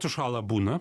sušąla būna